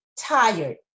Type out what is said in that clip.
Tired